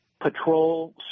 patrol